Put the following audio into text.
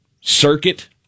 circuit